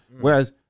Whereas